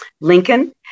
Lincoln